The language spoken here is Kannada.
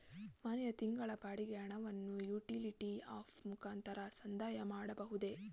ಮನೆಯ ತಿಂಗಳ ಬಾಡಿಗೆ ಹಣವನ್ನು ಯುಟಿಲಿಟಿ ಆಪ್ ಮುಖಾಂತರ ಸಂದಾಯ ಮಾಡಬಹುದೇ?